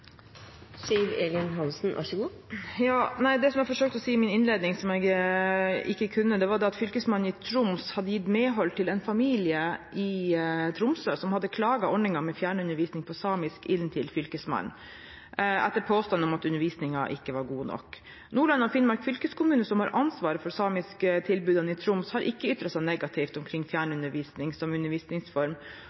Det som jeg forsøkte å si i spørsmålet mitt, som jeg ikke sa, var at Fylkesmannen i Troms har gitt medhold til en familie i Tromsø som hadde klaget ordningen med fjernundervisning på samisk inn til Fylkesmannen etter påstander om at undervisningen ikke var god nok. Nordland og Finnmark fylkeskommuner som har ansvaret for de samiske tilbudene i Troms, har ikke ytret seg negativt om fjernundervisning som undervisningsform.